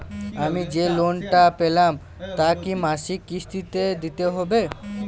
আমি যে লোন টা পেলাম তা কি মাসিক কিস্তি তে দিতে হবে?